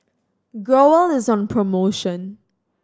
growell is on promotion